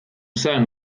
sen